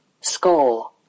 Score